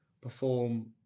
perform